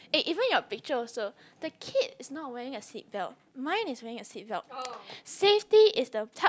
eh even your picture also the kid is not wearing a seat belt mine is wearing a seat belt safety is the top